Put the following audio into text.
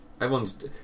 Everyone's